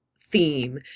theme